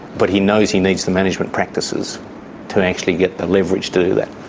but he knows he needs the management practices to actually get the leverage to do that,